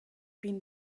been